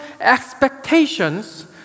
expectations